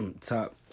Top